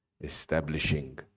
Establishing